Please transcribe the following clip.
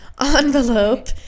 envelope